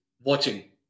watching